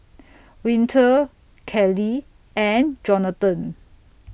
Winter Kellee and Jonathon